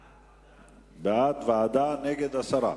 בעד, ועדה, נגד, הסרה.